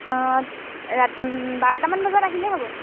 অঁ ৰাত বাৰটামান বজাত আহিলেই হ'ব